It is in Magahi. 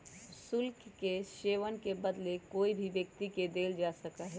शुल्क के सेववन के बदले में कोई भी व्यक्ति के देल जा सका हई